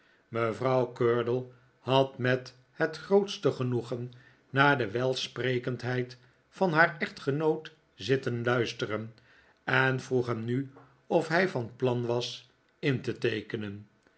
mevrouw curdle had met het grootste genoegen naar de welsprekendheid van haar echtgenoot zitten luisteren en vroeg hem nu of hij van plan was in te teekeneh